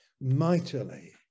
mightily